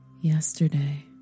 yesterday